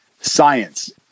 science